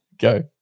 Go